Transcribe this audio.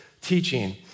teaching